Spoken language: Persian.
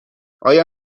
آیا